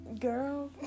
girl